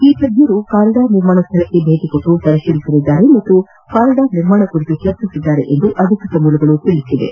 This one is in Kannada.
ಈ ತಜ್ಞರು ಕಾರಿಡಾರ್ ನಿರ್ಮಾಣ ಸ್ಥಳಕ್ಕೆ ಭೇಟ ನೀಡಿ ಪರಿಶೀಲಿಸಿದ್ದಾರೆ ಹಾಗೂ ಕಾರಿಡಾರ್ ನಿರ್ಮಾಣ ಕುರಿತು ಚರ್ಚಿಸಿದ್ದಾರೆ ಎಂದು ಅಧಿಕೃತ ಮೂಲಗಳು ತಿಳಿಸಿವೆ